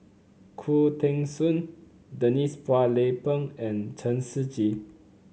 Khoo Teng Soon Denise Phua Lay Peng and Chen Shiji